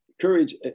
Courage